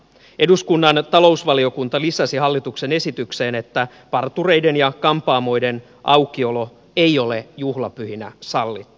eduskunnan talousvaliokunta lisäsi hallituksen esitykseen että partureiden ja kampaamoiden aukiolo ei ole juhlapyhinä sallittua